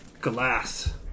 Glass